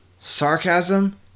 Sarcasm